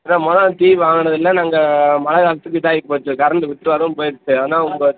ஏன்னால் மொதல் நாங்கள் டிவி வாங்குனதில் நாங்கள் மழை காலத்துக்கு இதாகிப் போச்சு கரெண்டு விட்டதும் போயிடுச்சு ஆனால் உங்கள்